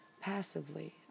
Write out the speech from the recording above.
passively